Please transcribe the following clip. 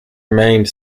remained